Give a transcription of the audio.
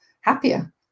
happier